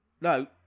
No